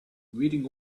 reading